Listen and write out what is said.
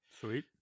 Sweet